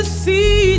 see